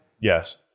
Yes